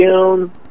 June